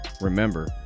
remember